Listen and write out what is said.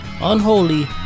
Unholy